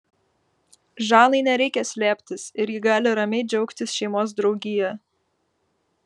žanai nereikia slėptis ir ji gali ramiai džiaugtis šeimos draugija